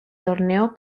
torneo